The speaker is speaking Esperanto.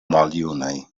maljunaj